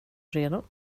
redo